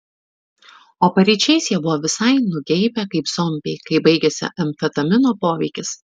o paryčiais jie buvo visai nugeibę kaip zombiai kai baigėsi amfetamino poveikis